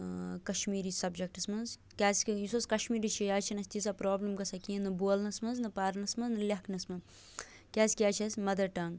Kashmiri subjects منٛز کیٛازِکہِ یُس حظ کَشمیٖری چھِ یہِ حظ چھِنہٕ اَسہِ تیٖژاہ پرٛابلِم گژھان کِہیٖنٛۍ نہٕ بولنَس منٛز نہٕ پَرنَس منٛز نہَ لٮ۪کھنَس منٛز کیٛازِکہِ یہِ حظ چھِ اَسہِ مَدَر ٹنٛگ